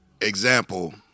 Example